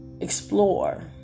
explore